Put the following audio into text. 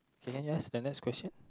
okay that's the next question